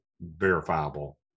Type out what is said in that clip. verifiable